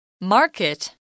Market